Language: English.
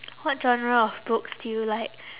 what genre of books do you like